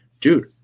Dude